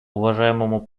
уважаемому